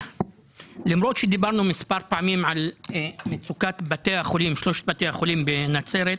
אחרי שדיברנו מספר פעמים על מצוקת שלושת בתי החולים בנצרת,